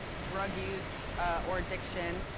drug use or addiction,